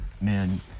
man